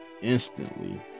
instantly